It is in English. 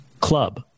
club